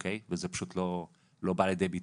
אבל זה פשוט לא בא לידי ביטוי,